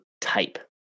type